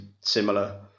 similar